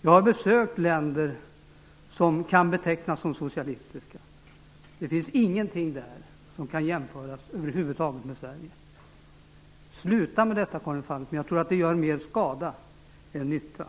Jag har besökt länder som kan betecknas som socialistiska. Det finns ingenting där som över huvud taget kan jämföras med Sverige. Sluta med detta, Karin Falkmer! Jag tror att det gör mer skada än nytta!